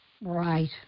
Right